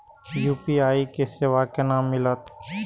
UPI के सेवा केना मिलत?